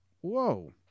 Whoa